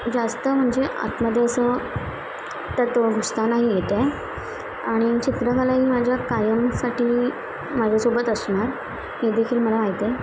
जास्त म्हणजे आतमध्ये असं त्यात घुसता नाही येत आहे आणि चित्रकला ही माझ्या कायमसाठी माझ्यासोबत असणार हे देखील मला माहीत आहे